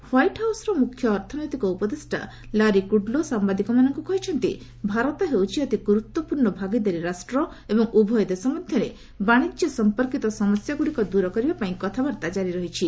white ହାଉସ୍ର ମୁଖ୍ୟ ଅର୍ଥନୈତିକ ଉପଦେଷ୍ଟା ଲାରି କୁଡ୍ଲୋ ସାମ୍ବାଦିକମାନଙ୍କୁ କହିଛନ୍ତି ଭାରତ ହେଉଛି ଅତି ଗୁରୁତ୍ୱପୂର୍ଣ୍ଣ ଭାଗିଦାରୀ ରାଷ୍ଟ୍ର ଏବଂ ଉଭୟ ଦେଶ ମଧ୍ୟରେ ବାଶିଜ୍ୟ ସମ୍ପର୍କୀତ ସମସ୍ୟାଗୁଡ଼ିକ ଦୂର କରିବା ପାଇଁ କଥାବାର୍ତ୍ତା ଜାରି ରହିଛି